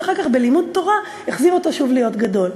ואחר כך בלימוד תורה החזיר אותו שוב להיות גדול.